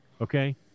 Okay